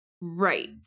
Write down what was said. Right